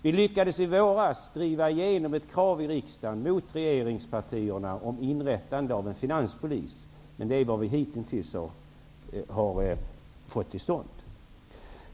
Vi lyckades i våras driva igenom ett krav i riksdagen mot regeringspartierna om inrättande av en finanspolis, men det är också allt vad vi hitintills har fått till stånd.